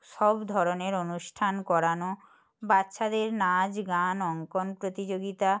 সব ধরনের অনুষ্ঠান করানো বাচ্চাদের নাচ গান অঙ্কন প্রতিযোগিতা